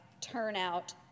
turnout